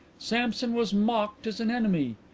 samson was mocked as an enemy.